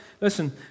Listen